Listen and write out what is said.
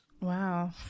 Wow